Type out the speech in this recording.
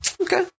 okay